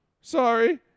sorry